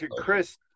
Chris